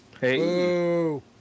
Hey